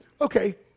Okay